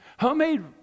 Homemade